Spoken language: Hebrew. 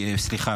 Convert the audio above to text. סליחה,